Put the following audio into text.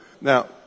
Now